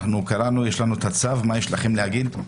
קראנו את הצו, מה יש לכם להגיד?